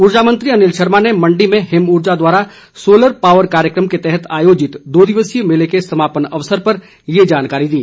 ऊर्जा मंत्री अनिल शर्मा ने मण्डी में हिम ऊर्जा द्वारा सोलर पावर कार्यक्रम के तहत आयोजित दो दिवसीय मेले के समापन अवसर पर ये जानकारी दी